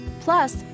Plus